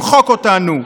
למחוק אותנו.